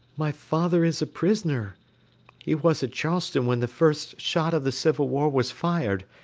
my father is a prisoner he was at charleston when the first shot of the civil war was fired,